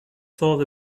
thought